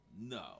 No